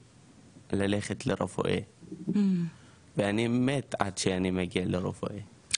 שללכת לרופא ואני מת עד שאני מגיע לרופא,